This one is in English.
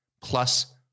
plus